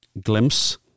glimpse